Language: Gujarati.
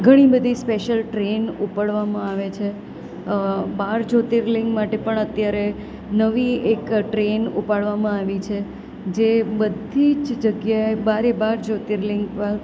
ઘણી બધી સ્પેશલ ટ્રેન ઉપાડવામાં આવે છે બાર જ્યોતિર્લિંગ માટે પણ અત્યારે નવી એક ટ્રેન ઉપાડવામાં આવી છે જે બધી જ જગ્યાએ બારે બાર જ્યોતિર્લિંગ પર